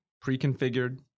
pre-configured